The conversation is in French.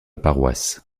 paroisse